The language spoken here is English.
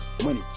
Money